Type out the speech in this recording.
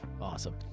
awesome